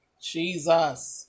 Jesus